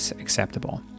acceptable